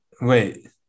Wait